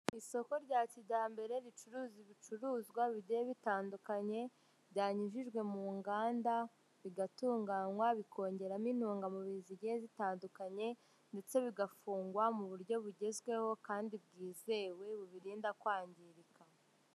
Isoko rya kijyambere ricuruza ibicuruzwa bigiye bitandukanye byanyujijwe mu nganda bigatunganywa, bikongeramo intungamubiri zigiye zitandukanye ndetse bigafungwa mu buryo bugezweho kandi bwizewe bubirinda kwangirika.